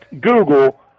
Google